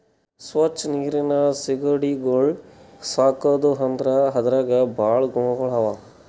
ಸ್ವಚ್ ನೀರಿನ್ ಸೀಗಡಿಗೊಳ್ ಸಾಕದ್ ಅಂದುರ್ ಅದ್ರಾಗ್ ಭಾಳ ಗುಣಗೊಳ್ ಅವಾ